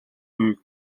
буйг